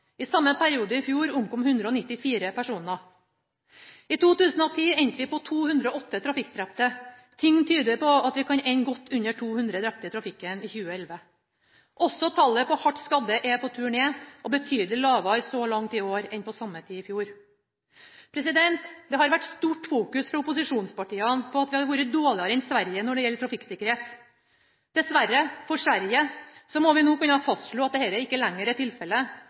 I samme periode i fjor omkom 194 personer. I 2010 endte vi på 208 trafikkdrepte. Ting tyder på at vi kan ende på under 200 drepte i trafikken i 2011. Også tallet på hardt skadde er på tur ned og betydelig lavere så langt i år enn på samme tid i fjor. Det har fra opposisjonspartienes side vært fokusert mye på at vi har vært dårligere enn Sverige når det gjelder trafikksikkerhet. Dessverre for Sverige må vi nå kunne fastslå at dette ikke lenger er tilfellet.